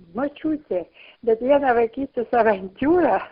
močiutė bet vieną vaikystės avantiūrą